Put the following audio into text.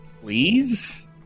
please